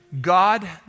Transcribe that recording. God